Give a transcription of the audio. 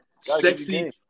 Sexy